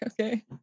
Okay